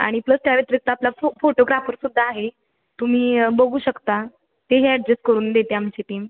आणि प्लस त्या व्यतिरिक्त आपलं फो फोटोग्राफर सुद्धा आहे तुम्ही बघू शकता ते ही ॲडजस्ट करून देते आमची टीम